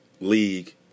league